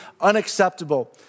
unacceptable